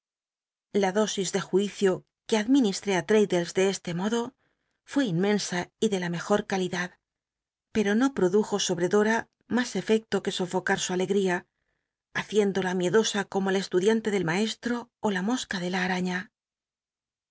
la dósis de juicio que adminis tr este modo fué inmensa y de la mejor calidad pcro no produjo sobre dora mas efecto que sofocar su alegría llaciéndo la miedosa como el estudian le del macstro ó la mosca de la araña